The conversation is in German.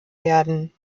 werden